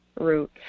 route